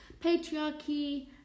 patriarchy